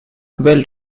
well